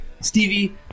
Stevie